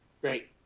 Great